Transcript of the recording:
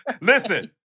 Listen